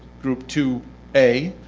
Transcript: group two a,